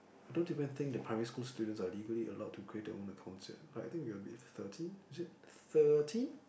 I don't even think the primary school students are legally allowed to create their own accounts yet I think we're bit at thirty is it thirty